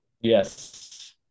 Yes